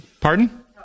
Pardon